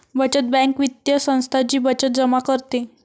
बचत बँक वित्तीय संस्था जी बचत जमा करते